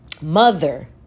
mother